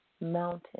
mountain